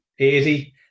80